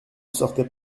sortait